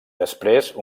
després